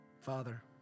Father